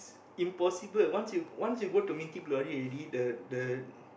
impossible once you once you go to Mythic-Glory already the the